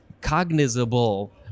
cognizable